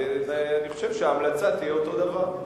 ואני חושב שההמלצה תהיה אותו הדבר.